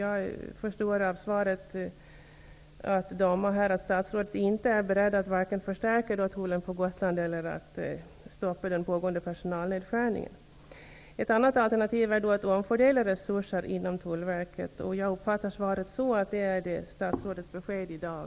Av svaret att döma förstår jag att statsrådet inte är beredd att vare sig förstärka tullen på Gotland eller att stoppa den pågående personalnedskärningen. Ett alternativ vore att omfördela resurser inom Tullverket. Jag uppfattar svaret så, att det är statsrådets besked i dag.